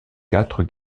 quatre